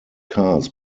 cars